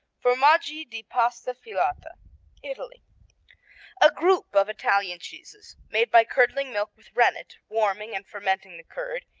formaggi di pasta filata italy a group of italian cheeses made by curdling milk with rennet, warming and fermenting the curd,